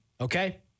Okay